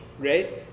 right